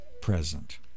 present